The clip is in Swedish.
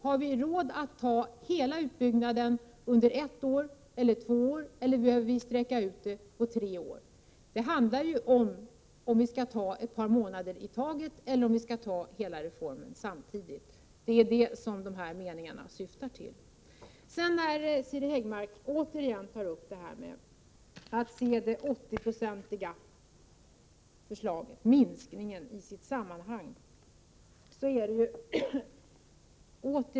Har vi råd att ta hela utbyggnaden under ett år, under två år eller behöver vi tre år? Det handlar om huruvida vi skall ta ett par månader i taget eller om vi skall ta hela reformen samtidigt. Det är detta som de citerade meningarna gäller. Sedan talade Siri Häggmark återigen om att se minskningen till 80 9 i sitt sammanhang.